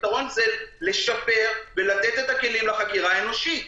הפתרון זה לשפר ולתת את הכלים לחקירה האנושית,